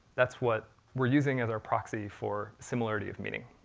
that's what we're using as our proxy for similarity of meaning,